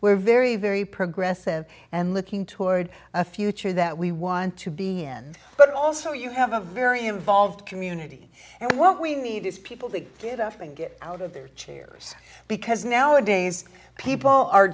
we're very very progressive and looking toward a future that we want to be in but also you have a very involved community and what we need is people to get off and get out of their chairs because nowadays people are